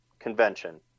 convention